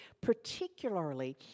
particularly